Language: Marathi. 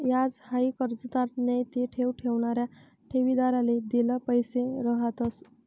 याज हाई कर्जदार नैते ठेव ठेवणारा ठेवीदारले देल पैसा रहातंस